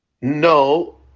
No